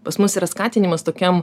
pas mus yra skatinimas tokiam